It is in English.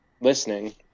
listening